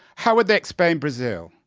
how would they explain brazil?